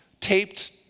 taped